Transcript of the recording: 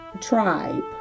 tribe